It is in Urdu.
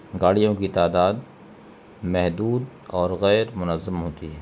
گاڑیوں کی تعداد محدود اور غیر منظم ہوتی ہے